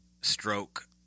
stroke